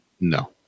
no